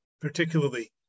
particularly